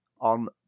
on